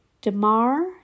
DeMar